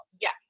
Yes